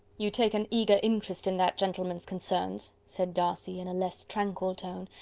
you take an eager interest in that gentleman's concerns, said darcy, in a less tranquil tone,